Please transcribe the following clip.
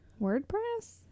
WordPress